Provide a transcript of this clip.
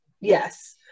yes